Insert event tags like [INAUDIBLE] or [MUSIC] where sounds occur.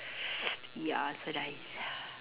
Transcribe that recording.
[NOISE] ya so nice